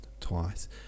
twice